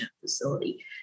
facility